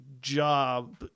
job